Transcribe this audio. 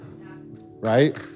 right